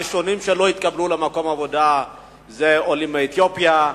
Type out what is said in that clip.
הראשונים שלא התקבלו למקום עבודה הם עולים מאתיופיה,